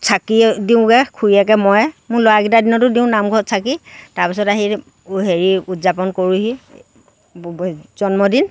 নামঘৰত চাকি দিওঁগৈ খুৰীয়েকে মইয়ে মোৰ ল'ৰাকেইটাৰ দিনতো দিওঁ নামঘৰত চাকি তাৰ পিছত আহি হেৰি উদযাপন কৰোহি জন্মদিন